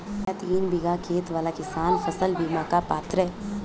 क्या तीन बीघा खेत वाला किसान फसल बीमा का पात्र हैं?